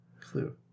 Clue